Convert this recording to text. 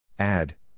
Add